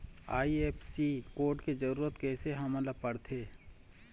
IFSC code के जरूरत कैसे हमन ला पड़थे?